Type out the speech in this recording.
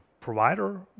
provider